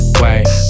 wait